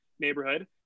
neighborhood